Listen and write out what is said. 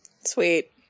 Sweet